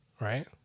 right